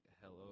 hello